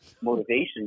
motivation